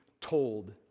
told